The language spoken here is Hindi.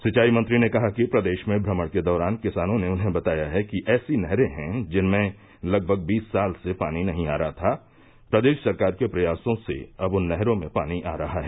सिंवाई मंत्री ने कहा की प्रदेश में भ्रमण के दौरान किसानों ने उन्हें बताया है कि ऐसी नहरें हैं जिनमें लगभग बीस साल से पानी नहीं आ रहा था प्रदेश सरकार के प्रयासों से अब उन नहरों में पानी आ रहा है